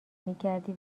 میکردی